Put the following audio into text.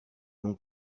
mon